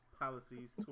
policies